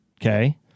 okay